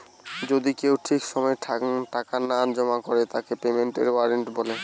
যদি কেউ ঠিক সময় টাকা না জমা করে তাকে পেমেন্টের ওয়ারেন্ট বলে